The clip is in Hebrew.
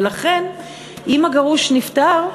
ולכן אם הגרוש נפטר,